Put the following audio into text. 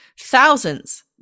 Thousands